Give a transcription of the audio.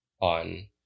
On